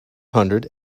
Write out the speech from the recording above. hundred